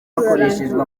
hakoreshejwe